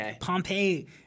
Pompeii